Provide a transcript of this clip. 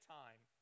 time